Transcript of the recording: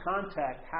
contact